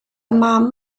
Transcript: mam